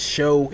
Show